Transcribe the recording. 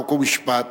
חוק ומשפט